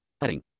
Heading